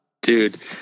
Dude